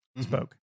spoke